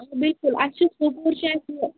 آ بِلکُل اَسہِ چھُ سُوپوٗر چھُ اَسہِ یہِ